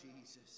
Jesus